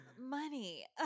money